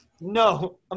no